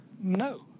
no